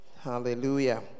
Hallelujah